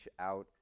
out